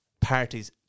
parties